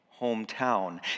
hometown